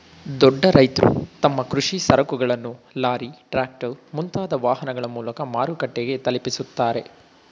ದೊಡ್ಡ ರೈತ್ರು ತಮ್ಮ ಕೃಷಿ ಸರಕುಗಳನ್ನು ಲಾರಿ, ಟ್ರ್ಯಾಕ್ಟರ್, ಮುಂತಾದ ವಾಹನಗಳ ಮೂಲಕ ಮಾರುಕಟ್ಟೆಗೆ ತಲುಪಿಸುತ್ತಾರೆ